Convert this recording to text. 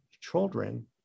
children